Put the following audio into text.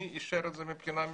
מי אישר את זה מבחינה משפטית.